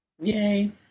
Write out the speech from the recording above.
yay